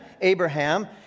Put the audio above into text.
Abraham